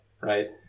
right